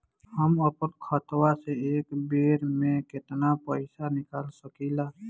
हम आपन खतवा से एक बेर मे केतना पईसा निकाल सकिला?